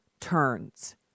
turns